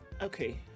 okay